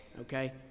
okay